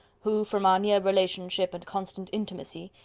who, from our near relationship and constant intimacy,